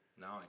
No